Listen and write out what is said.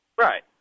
Right